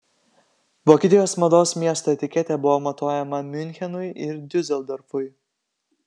vokietijos mados miesto etiketė buvo matuojama miunchenui ir diuseldorfui